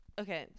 Okay